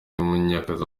umukinnyikazi